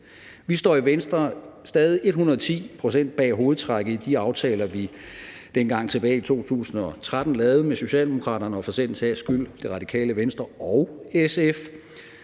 Vi står i Venstre stadig et hundrede og ti procent bag hovedtrækkene i de aftaler, vi dengang tilbage i 2013 lavede med Socialdemokraterne og for den sags skyld Det Radikale Venstre og SF.